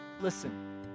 Listen